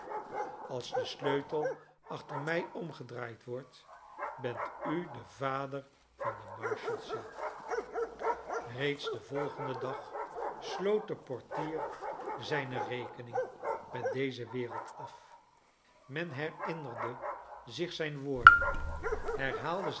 als de sleutel achter mij omgedraaid wordt bent u de vader van de marshalsea reeds den volgenden dag sloot de portier zijne rekening met deze wereld af men herinnerde zich zijn woorden herhaalde